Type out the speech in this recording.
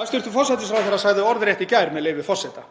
Hæstv. forsætisráðherra sagði orðrétt í gær, með leyfi forseta: